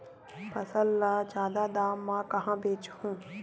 फसल ल जादा दाम म कहां बेचहु?